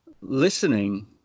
listening